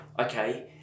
okay